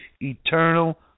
Eternal